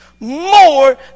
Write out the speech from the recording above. More